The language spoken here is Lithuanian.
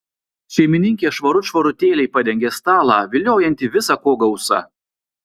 šeimininkė švarut švarutėliai padengė stalą viliojantį visa ko gausa